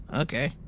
okay